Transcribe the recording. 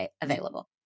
available